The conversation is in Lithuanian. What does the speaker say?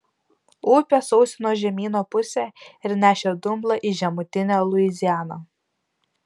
upė sausino žemyno pusę ir nešė dumblą į žemutinę luizianą